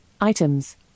items